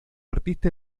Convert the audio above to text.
artista